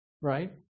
right